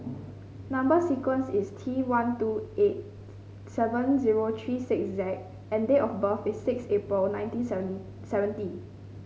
number sequence is T one two eight seven zero three six Z and date of birth is six April nineteen seventy seventeen